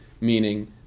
meaning